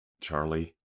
Charlie